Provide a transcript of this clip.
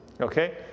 Okay